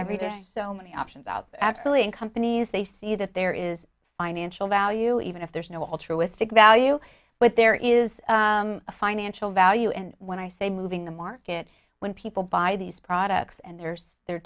every day so many options out there actually in companies they see that there is financial value even if there's no altruistic value but there is a financial value and when i say moving the market when people buy these products and there's they're